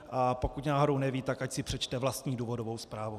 A pokud náhodou neví, tak ať si přečte vlastní důvodovou zprávu.